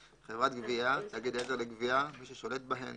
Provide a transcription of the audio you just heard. חברת גבייה, תאגיד עזר לגבייה, מי ששולט בהן